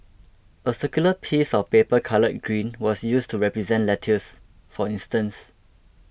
a circular piece of paper coloured green was used to represent lettuce for instance